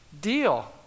deal